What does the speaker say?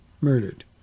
murdered